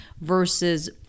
versus